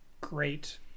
great